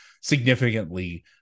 significantly